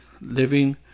living